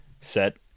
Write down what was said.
set